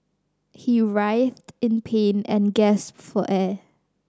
he writhed in pain and gasped for air